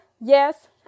yes